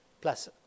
plus